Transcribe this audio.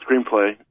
screenplay